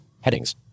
Headings